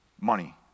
money